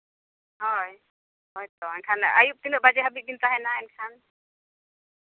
ᱦᱳᱭ ᱦᱳᱭ ᱛᱚ ᱮᱱᱠᱷᱟᱱ ᱟᱹᱭᱩᱵ ᱛᱤᱱᱟᱹᱜ ᱵᱟᱡᱮ ᱫᱷᱟᱹᱵᱤᱡ ᱵᱮᱱ ᱛᱟᱦᱮᱱᱟ ᱮᱱᱠᱷᱟᱱ